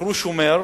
שכרו שומר,